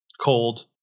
cold